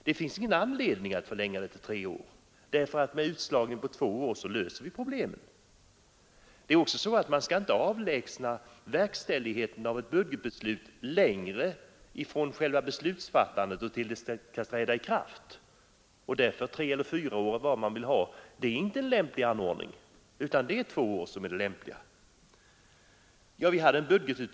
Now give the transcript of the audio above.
Det finns ingen anledning att förlänga perioden till tre år, därför att vi kan lösa problemet med tvåkalenderårsperioder. Man skall inte heller avlägsna verkställigheten av ett budgetbeslut längre än nödvändigt från själva beslutsfattandet till ikraftträdandet. Därför är tre eller fyra år ingen lämplig anordning, utan två år är det lämpliga. Frågan har länge diskuterats.